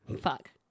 Fuck